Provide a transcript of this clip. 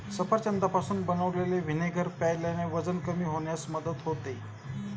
सफरचंदापासून बनवलेले व्हिनेगर प्यायल्याने वजन कमी होण्यास मदत होते